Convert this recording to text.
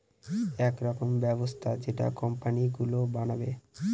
এক রকমের ব্যবস্থা যেটা কোম্পানি গুলো বানাবে